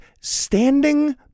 standing